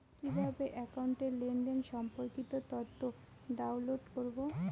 কিভাবে একাউন্টের লেনদেন সম্পর্কিত তথ্য ডাউনলোড করবো?